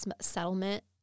settlement